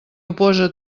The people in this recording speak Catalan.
oposa